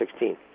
2016